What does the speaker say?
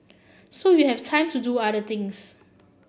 so you have time to do other things